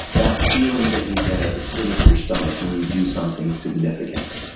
that feeling that you get at the pit of your stomach when you do something significant.